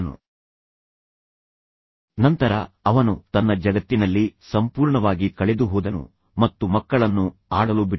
ತದನಂತರ ಅವನು ಕುಳಿತನು ಮತ್ತು ನಂತರ ಅವನು ತನ್ನ ಜಗತ್ತಿನಲ್ಲಿ ಸಂಪೂರ್ಣವಾಗಿ ಕಳೆದುಹೋದನು ಮತ್ತು ನಂತರ ಅವನು ಮಕ್ಕಳನ್ನು ಆಡಲು ಬಿಟ್ಟನು